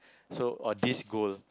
so or this goal